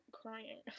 crying